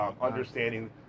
understanding